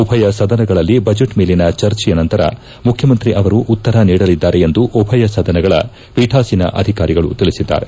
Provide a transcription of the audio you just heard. ಉಭಯ ಸದನಗಳಲ್ಲಿ ಬಜೆಟ್ ಮೇಲಿನ ಚರ್ಚೆಯ ನಂತರ ಮುಖ್ಯಮಂತ್ರಿ ಅವರು ಉತ್ತರ ನೀಡಲಿದ್ದಾರೆ ಎಂದು ಉಭಯ ಸದನಗಳ ಪೀಠಾಸೀನ ಅಧಿಕಾರಿಗಳು ತಿಳಿಸಿದ್ದಾರೆ